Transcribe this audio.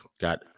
got